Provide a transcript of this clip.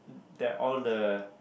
that all the